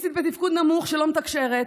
אוטיסטית בתפקוד נמוך, שלא מתקשרת,